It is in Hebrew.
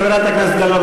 חברת הכנסת גלאון,